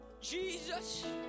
Jesus